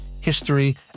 history